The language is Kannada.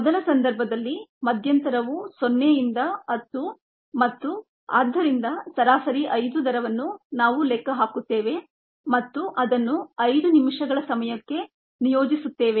ಮೊದಲ ಸಂದರ್ಭದಲ್ಲಿ ಮಧ್ಯಂತರವು 0 ಇಂದ 10 ಮತ್ತು ಆದ್ದರಿಂದ ಸರಾಸರಿ 5 ದರವನ್ನು ನಾವು ಲೆಕ್ಕ ಹಾಕುತ್ತೇವೆ ಮತ್ತು ಅದನ್ನು 5 ನಿಮಿಷಗಳ ಸಮಯಕ್ಕೆ ನಿಯೋಜಿಸುತ್ತೇವೆ